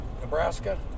Nebraska